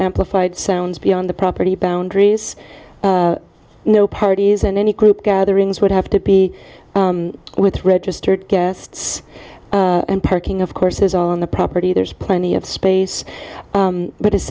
amplified sounds beyond the property boundaries no parties and any group gatherings would have to be with registered guests and parking of courses on the property there's plenty of space but